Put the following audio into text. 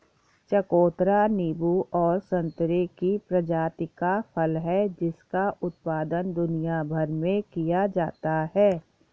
चकोतरा नींबू और संतरे की प्रजाति का फल है जिसका उत्पादन दुनिया भर में किया जाता है